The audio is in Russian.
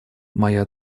моя